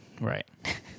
Right